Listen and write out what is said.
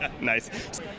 Nice